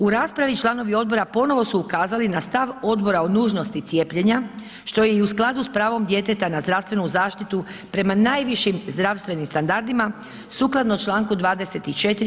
U raspravi članovi odbora ponovo su ukazali na stav odbora o nužnosti cijepljenja, što je i u skladu s pravom djeteta na zdravstvenu zaštitu prema najvišim zdravstvenim standardima sukladno čl. 24.